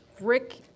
Rick